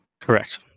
Correct